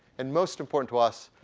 and most important to us,